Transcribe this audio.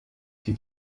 die